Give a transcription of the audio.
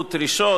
4),